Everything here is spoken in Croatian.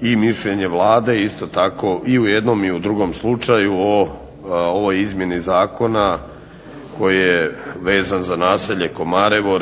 i mišljenje Vlade isto tako i u jednom i u drugom slučaju o ovom izmjeni zakona koji je vezan za naselje Komarevo